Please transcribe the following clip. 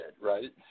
right